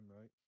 right